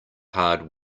hard